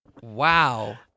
Wow